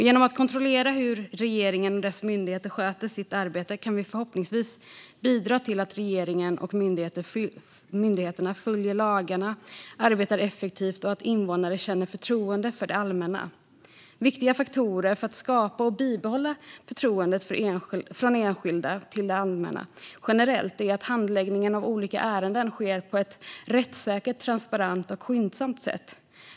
Genom att kontrollera hur regeringen och dess myndigheter sköter sitt arbete kan vi förhoppningsvis bidra till att regeringen och myndigheterna följer lagarna och arbetar effektivt och att invånarna känner förtroende för det allmänna. Viktiga faktorer för att skapa och bibehålla förtroendet från enskilda för det allmänna generellt är att handläggningen av olika ärenden sker på ett rättssäkert, transparent och skyndsamt sätt.